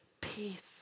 peace